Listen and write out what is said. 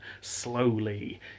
slowly